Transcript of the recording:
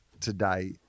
today